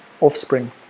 offspring